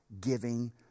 giving